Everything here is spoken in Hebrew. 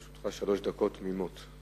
לרשותך שלוש דקות תמימות.